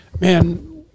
man